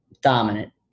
dominant